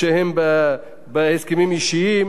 יש עובדים שהם מהנדסים,